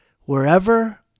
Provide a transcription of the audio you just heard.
Wherever